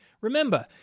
remember